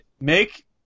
Make